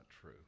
true